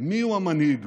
מיהו המנהיג.